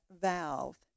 valve